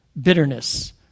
bitterness